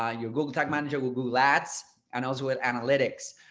ah your google tag manager with google ads and also but analytics.